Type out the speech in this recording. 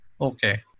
Okay